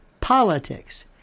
politics